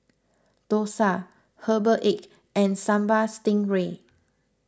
Dosa Herbal Egg and Sambal Stingray